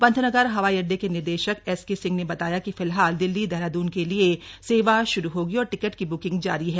पंतनगर हवाई अड्डे के निदेशक एसके सिंह ने बताया कि फिलहाल दिल्ली देहराद्न के लिए सेवा श्रू होगी और टिकट की ब्किंग जारी है